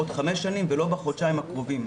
בעוד חמש שנים ולא בחודשיים הקרובים.